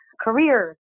careers